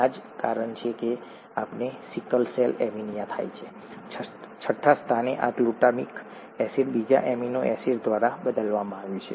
આ જ કારણ છે કે આપણને સિકલ સેલ એનિમિયા થાય છે છઠ્ઠા સ્થાને આ ગ્લુટામિક એસિડ બીજા એમિનો એસિડ દ્વારા બદલવામાં આવ્યું છે